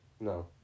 No